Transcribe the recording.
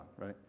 right